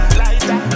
lighter